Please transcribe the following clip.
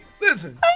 listen